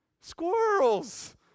squirrels